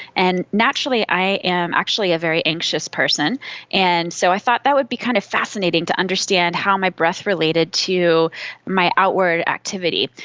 and naturally i am actually a very anxious person and so i thought that would be kind of fascinating, to understand how my breath related to my outward activity.